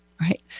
right